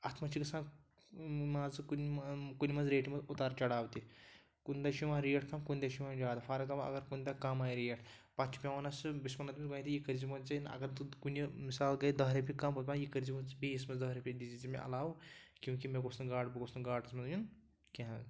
اَتھ منٛز چھِ گَژھان مان ژٕ کُنہِ کُنہِ منٛز ریٹہِ منٛز اُتار چَڑاو تہِ کُنہِ دۄہ چھِ یِوان ریٹ کَم کُنہِ دۄہ چھِ یِوان زیادٕ فار اٮ۪کزامپٕل اَگر کُنہِ دۄہ کَم آے ریٹ پَتہٕ چھِ پٮ۪وان اَسہِ سُہ بہٕ چھُس وَنان تٔمِس گۄڈٕنٮ۪تھٕے یہِ کٔرۍزٕ وۄنۍ ژٮ۪ن اَگر تہٕ کُنہِ مِثال گٔے دَہ رۄپیہِ کَم دَپان یہِ کٔرۍزٕ وۄنۍ زٕ بیٚیِس منٛز دَہ رۄپیہِ دیٖزٕ ژٕ مےٚ عَلاوٕ کیونکہِ مےٚ گوٚژھ نہٕ گاٹہٕ بہٕ گوٚژھ نہٕ گاٹَس منٛز یُن کینٛہہ ہہٕ